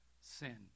sin